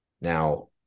Now